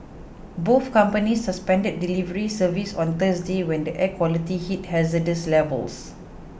both companies suspended delivery service on Thursday when the air quality hit hazardous levels